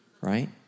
Right